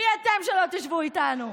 מי אתם שלא תשבו איתנו?